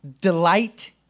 Delight